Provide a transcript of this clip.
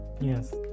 yes